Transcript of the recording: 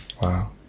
Wow